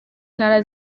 ntara